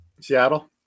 Seattle